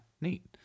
neat